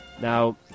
Now